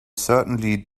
certainly